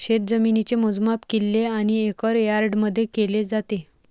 शेतजमिनीचे मोजमाप किल्ले आणि एकर यार्डमध्ये केले जाते